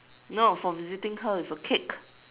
no for visiting her with a cake